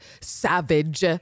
Savage